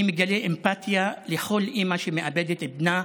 אני מגלה אמפתיה לכל אימא שמאבדת את בנה,